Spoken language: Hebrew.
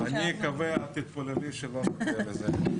--- אני אקווה ואת תתפללי שלא נגיע לזה.